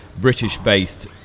British-based